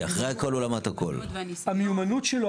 המיומנות שלו,